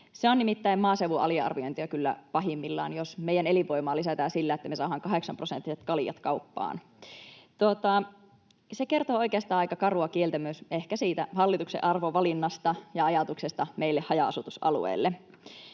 Se on nimittäin maaseudun aliarviointia kyllä pahimmillaan, jos meidän elinvoimaa lisätään sillä, että me saadaan kahdeksanprosenttiset kaljat kauppaan. Se kertoo oikeastaan aika karua kieltä myös ehkä hallituksen arvovalinnasta ja ajatuksesta meille haja-asutusalueelle.